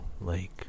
lake